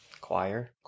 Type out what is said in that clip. Choir